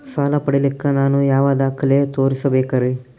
ಸಾಲ ಪಡಿಲಿಕ್ಕ ನಾನು ಯಾವ ದಾಖಲೆ ತೋರಿಸಬೇಕರಿ?